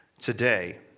today